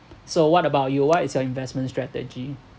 so what about you what is your investment strategy